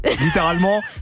Littéralement